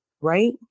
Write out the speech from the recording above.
right